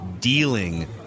dealing